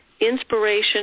inspiration